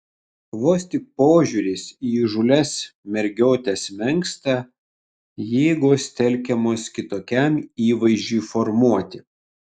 vos tik požiūris į įžūlias mergiotes menksta jėgos telkiamos kitokiam įvaizdžiui formuoti